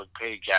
page